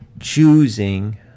choosing